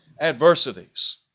adversities